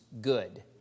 good